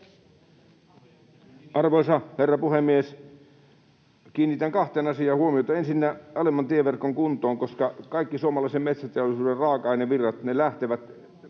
Arvoisa herra puhemies! Kiinnitän kahteen asiaan huomiota. Ensinnä alemman tieverkon kuntoon. Kaikki suomalaisen metsäteollisuuden raaka-ainevirrat lähtevät